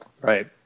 Right